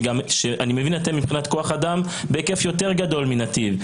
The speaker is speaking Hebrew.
אני מבין שיש לכם כוח אדם בהיקף יותר גדול מנתיב.